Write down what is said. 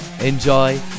enjoy